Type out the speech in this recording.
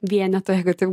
vienetų jeigu taip